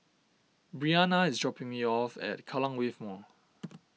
Bryana is dropping me off at Kallang Wave Mall